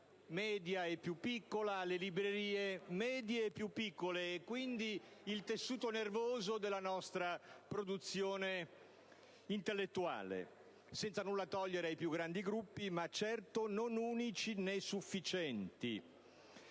media e più piccola, alle librerie di medie e piccole dimensioni, quindi al tessuto nervoso della nostra produzione intellettuale, senza nulla togliere ai più grandi gruppi, certo non unici e sufficienti.